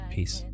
Peace